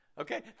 okay